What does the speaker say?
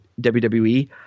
WWE